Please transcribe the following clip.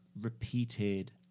repeated